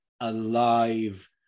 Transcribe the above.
alive